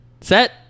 Set